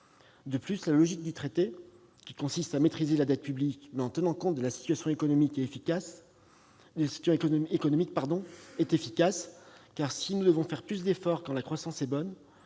De plus, la logique du traité, qui consiste à maîtriser la dette publique, mais en tenant compte de la situation économique, est efficace. Nous devons faire plus d'efforts quand la croissance est bonne,